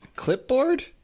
clipboard